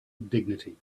dignity